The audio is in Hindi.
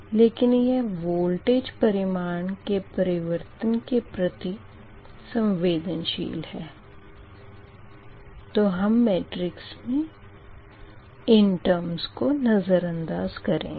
लेकिन यह वोल्टेज परिमाण के परिवर्तन के प्रति संवेदनशील है तो हम मेट्रिक्स में यह टर्मस को नज़रअंदाज़ करेंगे